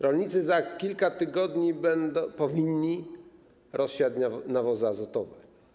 Rolnicy za kilka tygodni powinni rozsiać nawozy azotowe.